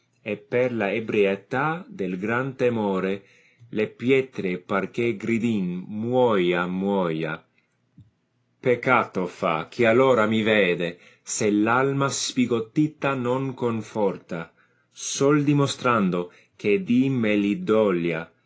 e per la d rietà del gran tensore le pietre par ohe gridin muoia mnoia peccato fa chi allofu mi vede se palma sbigottita non conforta sol dimostrando che di me gli